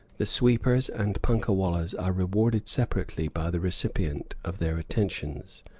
the sweepers and punkah-wallahs are rewarded separately by the recipient of their attentions.